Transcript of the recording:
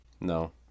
No